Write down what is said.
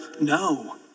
No